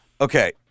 Okay